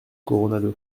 coronado